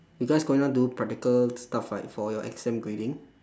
because going on do practical stuff right for your exam grading